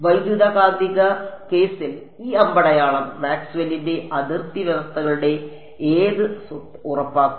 വൈദ്യുതകാന്തിക കേസിൽ ഈ അമ്പടയാളം മാക്സ്വെല്ലിന്റെ അതിർത്തി വ്യവസ്ഥകളുടെ ഏത് സ്വത്ത് ഉറപ്പാക്കുന്നു